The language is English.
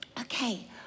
okay